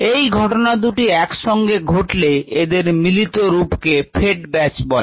এই ঘটনা দুটি একসঙ্গে ঘটলে এদের মিলিত রূপকে ফেড ব্যাচ বলে